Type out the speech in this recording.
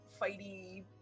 Fighty